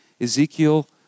Ezekiel